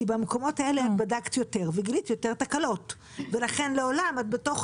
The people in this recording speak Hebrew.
כי במקומות האלה בדקת יותר וגילית יותר תקלות ולכן לעולם את בתוך